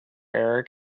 erik